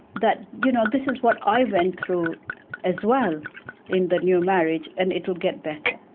that you know this is what i went through as well in the new marriage and it'll get better.